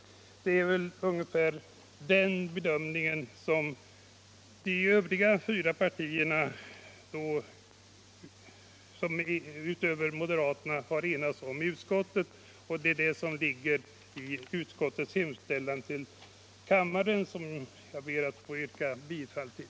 Det är väl ungeför den bedömningen som de övriga fyra partierna — alltså utöver moderaterna — har enats om i utskottet, och det är den som ligger bakom utskottets hemställan till kammaren, vilken jag ber att få yrka bifall till.